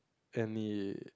any